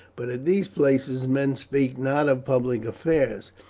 but at these places men speak not of public affairs,